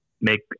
make